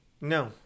No